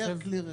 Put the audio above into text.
פר כלי רכב.